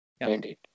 Indeed